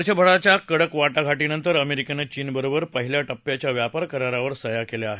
वर्षभराच्या कडक वा ाघा भिंतर अमेरिकेनं चीन बरोबर पहिल्या धिऱ्याच्या व्यापार करारावर सद्या केल्या आहेत